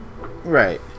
Right